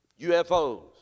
UFOs